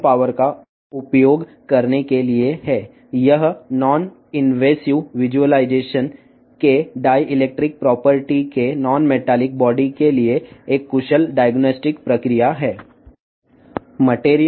లోహేతర శరీరాల యొక్క విద్యుద్వాహక లక్షణాల యొక్క నాన్ ఇన్వాసివ్ విజువలైజేషన్ కోసం ఇది సమర్థవంతమైన డయాగ్నొస్టిక్ ప్రక్రియ